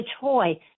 toy